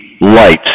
light